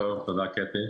בוקר טוב, תודה, קטי.